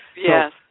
Yes